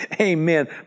Amen